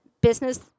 business